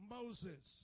Moses